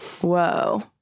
Whoa